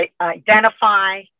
identify